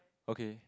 okay